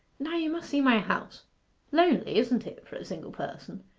now you must see my house lonely, isn't it, for a single person?